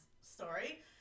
story